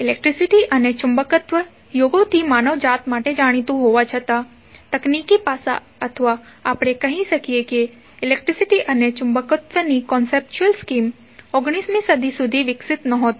electricity અને ચુંબકત્વ યુગોથી માનવજાત માટે જાણીતું હોવા છતા તકનીકી પાસા અથવા આપણે કહી શકીએ કે ઇલેક્ટ્રિસીટી અને ચુંબકત્વ ની કન્સેપ્ચ્યુલ સ્કિમ 19 મી સદી સુધી વિકસિત નહોતી